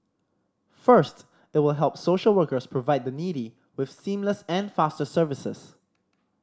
first it will help social workers provide the needy with seamless and faster services